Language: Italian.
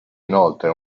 inoltre